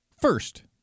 first